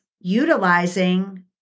utilizing